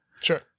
sure